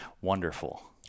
wonderful